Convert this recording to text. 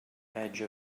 edge